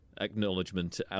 acknowledgement